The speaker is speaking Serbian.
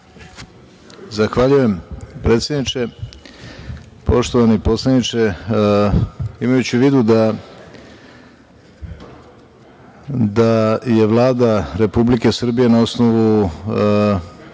Zahvaljujem predsedniče. Poštovani poslaniče, imajući u vidu da je Vlada Republike Srbije na osnovu